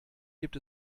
gibt